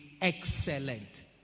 excellent